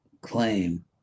claim